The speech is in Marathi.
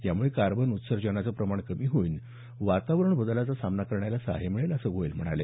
यामुळे कार्बन उत्सर्जनाचं प्रमाण कमी होऊन वातावरण बदलाचा सामना करण्याला सहाय्य मिळेल असंही गोयल म्हणाले